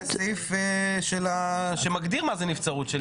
צריך סעיף שמגדיר מה זה נבצרות.